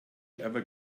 ever